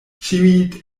ĉiuj